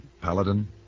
Paladin